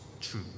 true